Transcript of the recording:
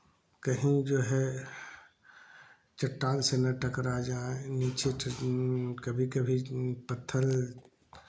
कहीं जो है चट्टान से ना टकरा जाएँ नीचे कभी कभी पत्थर